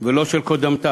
ולא של קודמתה.